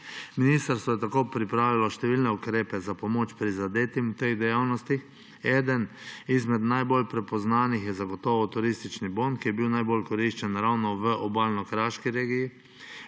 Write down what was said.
Ministrstvo je tako pripravilo številne ukrepe za pomoč prizadetim v teh dejavnostih. Eden izmed najbolj prepoznanih je zagotovo turistični bon, ki je bil najbolj koriščen ravno v Obalno-kraški regiji.